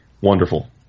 Wonderful